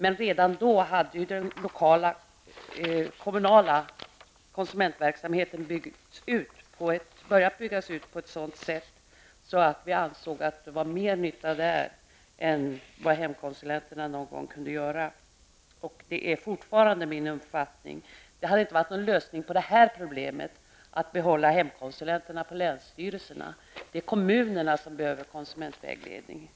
Men redan då hade den kommunala konsumentverksamheten börjat byggas ut på ett sådant sätt att vi ansåg att mer nytta gjordes där än hemkonsulenterna någon gång kunde göra. Det är fortfarande min uppfattning. Det hade inte varit någon lösning på det här problemet att behålla hemkonsulenterna på länsstyrelserna. Det är kommunerna som behöver konsumentvägledningen.